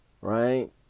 right